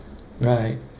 right